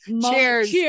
cheers